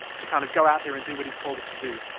to kind of go out there and do what he's called us to do.